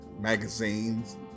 magazines